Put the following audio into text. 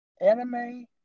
anime